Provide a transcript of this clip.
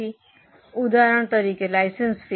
ઉદાહરણ તરીકે licence fee